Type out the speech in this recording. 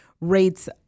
rates